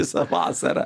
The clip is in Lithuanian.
visą vasarą